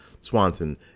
Swanson